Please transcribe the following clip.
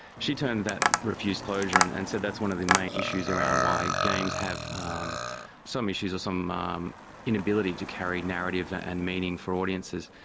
she terms that refused closure and and said that's one of the main issues around why games have um some issues or some um inability to carry narrative and meaning for audiences.